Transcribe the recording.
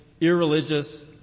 irreligious